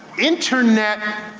internet